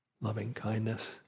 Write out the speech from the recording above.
loving-kindness